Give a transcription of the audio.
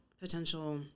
potential